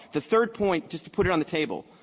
the third point, just to put it on the table,